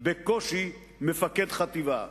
בקושי מפקד חטיבה.